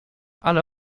ale